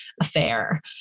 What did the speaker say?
affair